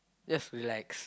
just relax